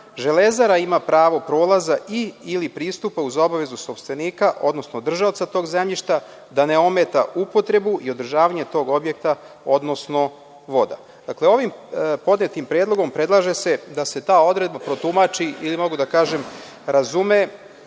„Železara“ ima pravo prolaza i/ili pristupa uz obavezu sopstvenika, odnosno držaoca tog zemljišta, da ne ometa upotrebu i održavanje tog objekta, odnosno voda. Dakle, ovim podnetim predlogom predlaže se da se ta odluka protumači, ili mogu da kažem razume,